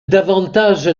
davantage